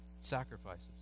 sacrifices